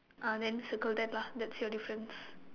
uh then circle that lah that's your difference